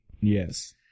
Yes